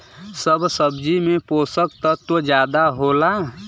सब सब्जी में पोसक तत्व जादा होला